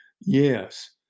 Yes